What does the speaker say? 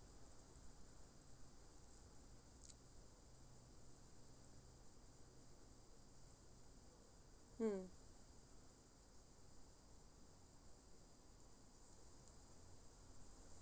mm